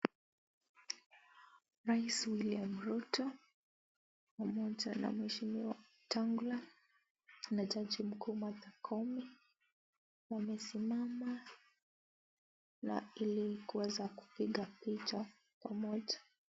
Rais William Ruto pamoja na mheshimiwa Wetangula na jaji mkuu Martha Koome, wamesimama na ili kuweza kupiga picha pamoja.